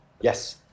Yes